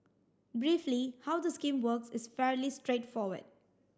briefly how the scheme works is fairly straightforward